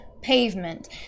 pavement